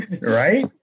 Right